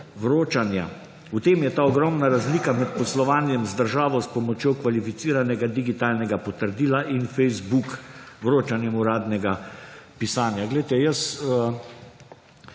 vročanja. V tem je ta ogromna razlika med poslovanjem z državo s pomočjo kvalificiranega digitalnega potrdila in Facebook vročanjem uradnega pisanja.